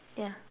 ya